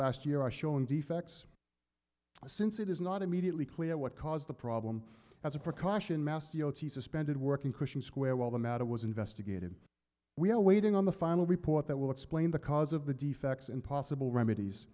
last year are showing defects since it is not immediately clear what caused the problem as a precaution masti ot suspended work in question square while the matter was investigated we are waiting on the final report that will explain the cause of the defects and possible remedies